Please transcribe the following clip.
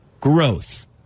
Growth